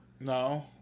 No